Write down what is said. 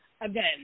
again